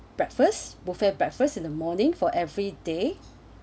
breakfast buffet breakfast in the morning for every day